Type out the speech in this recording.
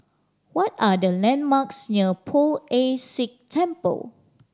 what are the landmarks near Poh Ern Shih Temple